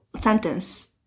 sentence